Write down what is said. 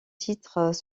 titres